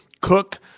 Cook